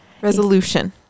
resolution